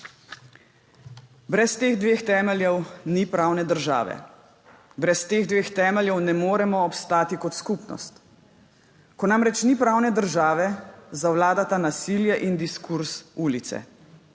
Brez teh dveh temeljev ni pravne države. Brez teh dveh temeljev ne moremo obstati kot skupnost. Ko namreč ni pravne države, zavladata nasilje in diskurz ulice.